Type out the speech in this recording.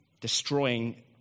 Destroying